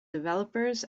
developers